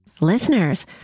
Listeners